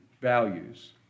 values